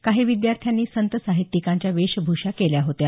काही विद्यार्थ्यांनी संत साहित्यिकांच्या वेशभूषा केल्या होत्या